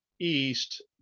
east